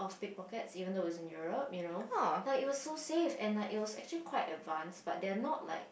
pickpockets even though it is in Europe you know like it was so safe and like it was actually quite advanced but they're not like